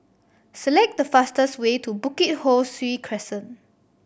select the fastest way to Bukit Ho Swee Crescent